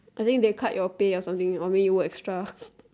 I think they cut your pay or something or maybe you work extra